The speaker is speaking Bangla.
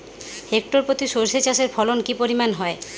হেক্টর প্রতি সর্ষে চাষের ফলন কি পরিমাণ হয়?